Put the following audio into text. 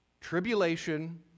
Tribulation